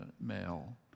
male